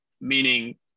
Meaning